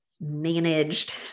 managed